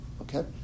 Okay